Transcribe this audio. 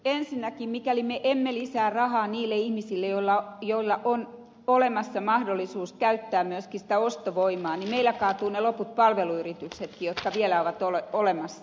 ensinnäkin mikäli me emme lisää rahaa niille ihmisille joilla on olemassa mahdollisuus käyttää myöskin sitä ostovoimaa niin meillä kaatuvat ne loput palveluyrityksetkin jotka vielä ovat olemassa